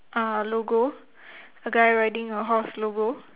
uh logo a guy riding a horse logo